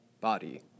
body